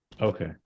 Okay